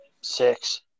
six